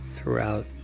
throughout